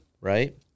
right